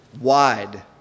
Wide